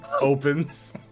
opens